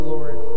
Lord